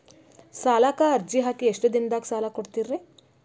ಸಾಲಕ ಅರ್ಜಿ ಹಾಕಿ ಎಷ್ಟು ದಿನದಾಗ ಸಾಲ ಕೊಡ್ತೇರಿ?